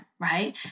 right